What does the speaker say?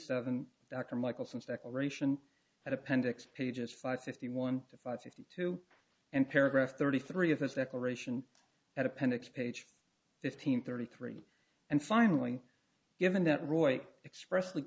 seven dr michael sims declaration at appendix pages five fifty one five fifty two and paragraph thirty three of us that aeration at appendix page fifteen thirty three and finally given that roy express